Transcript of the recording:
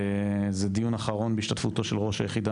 זה דיון אחרון בהשתתפותו של ראש היחידה